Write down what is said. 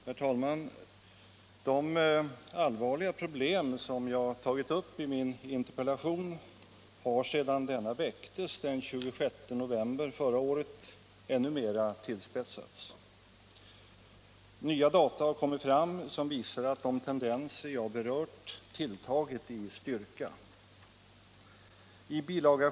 Herr talman! De allvarliga problem som jag tagit upp i min interpellation har sedan denna framställdes den 26 november förra året ännu mera tillspetsats. Nya data har kommit fram som visar att de tendenser jag berört tilltagit i styrka. I bil.